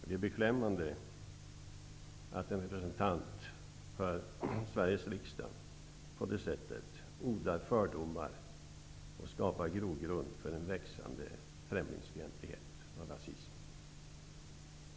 Det är beklämmande att en representant för Sveriges riksdag på det sättet odlar fördomar och skapar grogrund för en växande främlingsfientlighet och rasism.